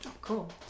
Cool